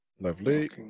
Lovely